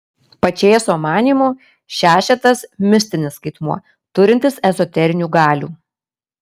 pačėso manymu šešetas mistinis skaitmuo turintis ezoterinių galių